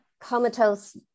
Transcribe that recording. comatose